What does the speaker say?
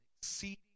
exceeding